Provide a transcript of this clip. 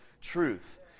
truth